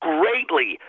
greatly